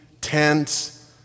tense